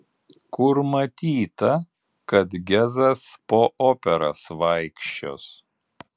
kur matyta kad gezas po operas vaikščios